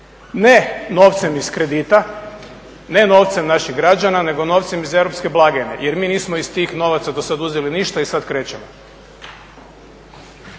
ne novcem iz kredita, ne novcem naših građana nego novcem iz europske blagajne. Jer mi nismo iz tih novaca do sad uzeli ništa i sad krećemo.